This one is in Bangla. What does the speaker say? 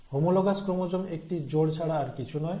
হোমোলোগাস ক্রোমোজোম একটি জোড় ছাড়া আর কিছু নয়